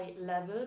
level